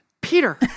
Peter